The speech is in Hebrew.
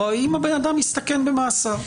או האם האדם מסתכן במאסר,